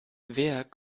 wer